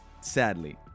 Sadly